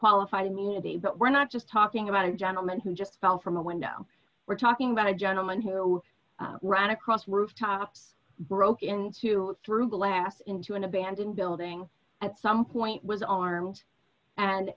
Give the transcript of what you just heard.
qualified immunity but we're not just talking about a gentleman who just fell from a window we're talking about a gentleman who ran across rooftops broke into through glass into an abandoned building at some point was armed and